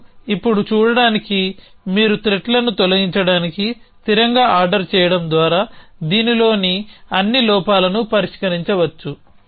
మీరు ఇప్పుడు చూడడానికి మీరు త్రెట్లను తొలగించడానికి స్థిరంగా ఆర్డర్ చేయడం ద్వారా దీనిలోని అన్ని లోపాలను పరిష్కరించవచ్చు